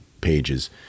pages